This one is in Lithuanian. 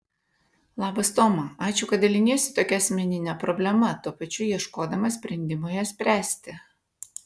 labas toma ačiū kad daliniesi tokia asmenine problema tuo pačiu ieškodama sprendimo ją spręsti